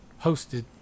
hosted